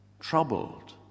troubled